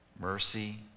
mercy